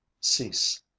cease